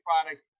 product